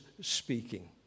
speaking